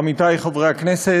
עמיתי חברי הכנסת,